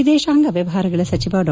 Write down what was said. ವಿದೇಶಾಂಗ ವ್ಯವಹಾರಗಳ ಸಚಿವ ಡಾ